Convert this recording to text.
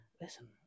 Listen